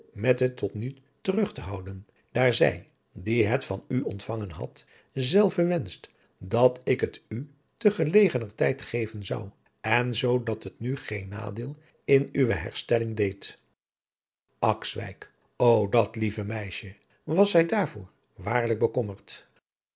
met het tot nu terug te houden daar zij die het van u ontvangen had zelve wenscht dat ik het u te gelegener tijd geven zou en zoo dat het u geen nadeel in uwe herstelling deed akswijk ô dat lieve meisje was zij daarvoor waarlijk